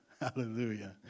Hallelujah